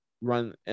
run